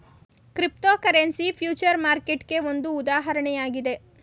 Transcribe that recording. cryptocurrency future ಮಾರ್ಕೆಟ್ಗೆ ಒಂದು ಉದಾಹರಣೆಯಾಗಿದೆ